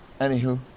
Anywho